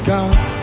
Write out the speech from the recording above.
God